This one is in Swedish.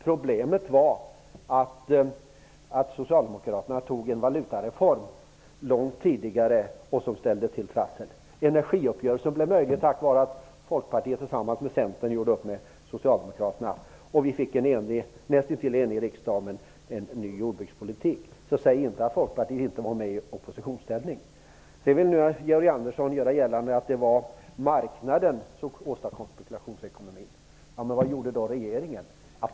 Problemet var att Socialdemokraterna genomförde en valutareform långt tidigare, och den ställde till trassel. Energiuppgörelsen blev möjlig tack vare att Folkpartiet tillsammans med Centern gjorde upp med Socialdemokraterna, och vi fick en näst intill enig riksdag i frågan om en ny jordbrukspolitik. Så säg inte att Folkpartiet inte var med i oppositionsställning! Nu vill Georg Andersson göra gällande att det var marknaden som åstadkom spekulationsekonomin. Vad gjorde då regeringen?